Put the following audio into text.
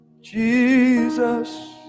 Jesus